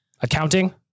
Accounting